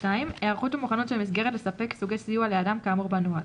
היערכות ומוכנות של מסגרת לספק סוגי סיוע לאדם כאמור בנוהל,